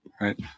right